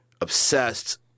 obsessed